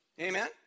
Amen